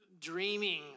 dreaming